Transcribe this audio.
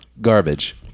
garbage